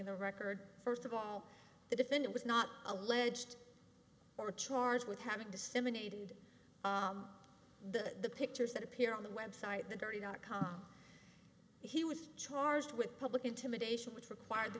of the record first of all the defendant was not alleged or charged with having disseminated the pictures that appear on the website the very dot com he was charged with public intimidation which required the